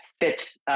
fits